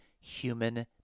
human